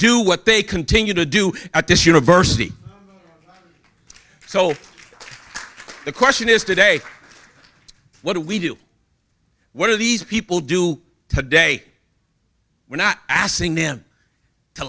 do what they continue to do at this university so the question is today what do we do what do these people do today we're not asking them to